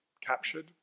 captured